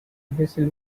vessel